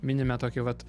minime tokį vat